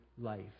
life